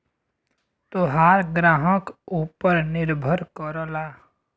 तोहार ग्राहक ऊपर निर्भर करला